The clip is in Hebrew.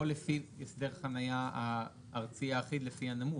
או לפי הסדר חנייה הארצי האחיד לפי הנמוך,